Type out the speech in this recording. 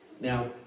Now